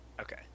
Okay